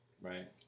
Right